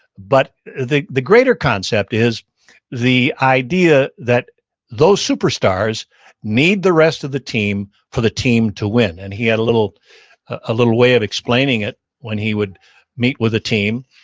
but the the greater concept is the idea that those superstars need the rest of the team for the team to win. and he had a little ah little way of explaining it when he would meet with the team.